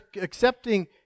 accepting